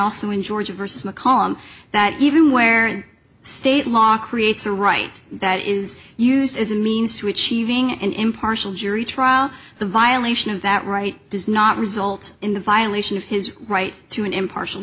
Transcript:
also in georgia vs mccollum that even where state law creates a right that is used as a means to achieving an impartial jury trial the violation of that right does not result in the violation of his right to an impartial